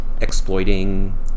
exploiting